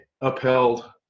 upheld